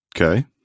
Okay